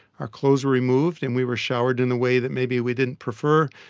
our clothes were removed and we were showered in a way that maybe we didn't prefer,